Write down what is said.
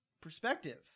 perspective